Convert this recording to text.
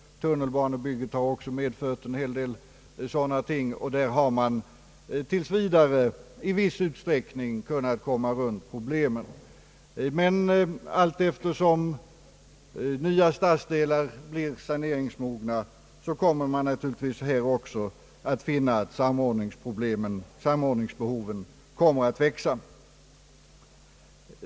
Tunnelbanebygget har också medfört en hel del sådant, men där har man tills vidare i viss utsträckning kunnat kringgå problemen. Allt eftersom nya stadsdelar blir saneringsmogna kommer man naturligtvis att finna att samordningsbehoven växer även där.